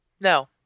No